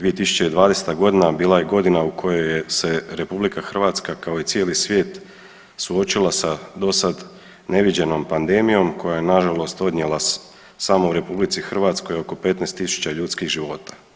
2020.g. bila je godina u kojoj se je RH kao i cijeli svijet suočila sa do sad neviđenom pandemijom koja je nažalost odnijela samo u RH oko 15.000 ljudskih života.